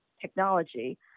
technology